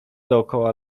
dookoła